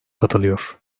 katılıyor